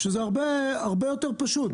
שזה למקום הרבה יותר פשוט?